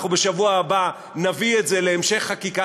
אנחנו בשבוע הבא נביא את זה להמשך חקיקה,